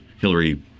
Hillary –